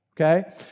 okay